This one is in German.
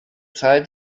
zeit